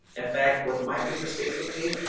in fact, with my business facebook page,